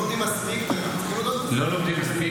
לא לומדים מספיק --- לא לומדים מספיק.